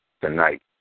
tonight